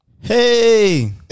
Hey